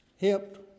helped